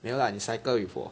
没有啦你 cycle with 我